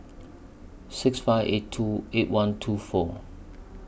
six five eight two eight one two four